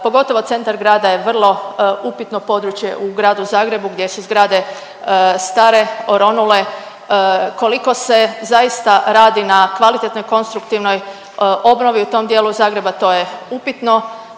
pogotovo centar grada je vrlo upitno područje u gradu Zagrebu gdje su zgrade stare, oronule, koliko se zaista radi na kvalitetnoj konstruktivnoj obnovi u tom dijelu Zagreba to je upitno.